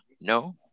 no